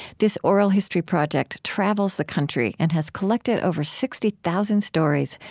this oral history project travels the country and has collected over sixty thousand stories,